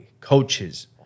coaches